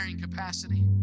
capacity